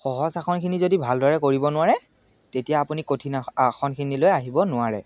সহজ আসনখিনি যদি ভালদৰে কৰিব নোৱাৰে তেতিয়া আপুনি কঠিন আ আসনখিনিলৈ আহিব নোৱাৰে